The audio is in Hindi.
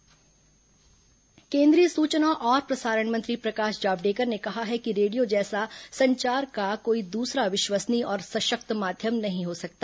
जावडेकर रेडियो पुरस्कार केन्द्रीय सूचना और प्रसारण मंत्री प्रकाश जावडेकर ने कहा है कि रेडियो जैसा संचार का कोई दूसरा विश्वसनीय और सशक्त माध्यम नहीं हो सकता